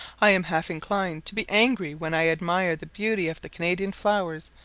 i am half inclined to be angry when i admire the beauty of the canadian flowers,